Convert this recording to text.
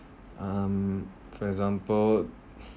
um for example